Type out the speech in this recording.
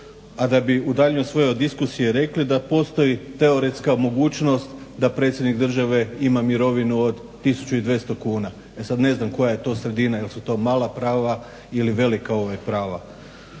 a da bi u daljnjoj svojoj diskusiji rekli da postoji teoretska mogućnost da predsjednik države ima mirovinu od 1200 kuna. E sad ne znam koja je to sredina, jel su to mala prava ili velika prava.